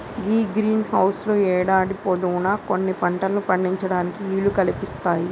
గీ greenhouse లు యేడాది పొడవునా కొన్ని పంటలను పండించటానికి ఈలు కల్పిస్తాయి